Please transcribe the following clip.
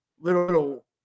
little